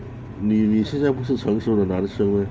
你你现在不是成熟的男生 meh